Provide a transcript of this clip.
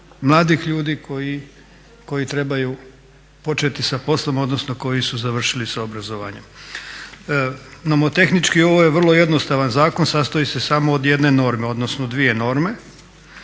mladih ljudi koji trebaju početi sa poslom, odnosno koji su završili sa obrazovanje. Nomotehnički ovo je vrlo jednostavan zakon, sastoji se samo od jedne norme, odnosno dvije norme